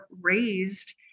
raised